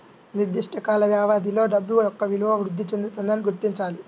నిర్దిష్ట కాల వ్యవధిలో డబ్బు యొక్క విలువ వృద్ధి చెందుతుందని గుర్తించాలి